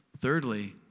Thirdly